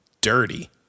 dirty